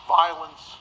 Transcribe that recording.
violence